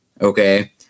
Okay